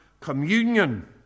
communion